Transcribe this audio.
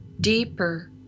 deeper